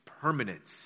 permanence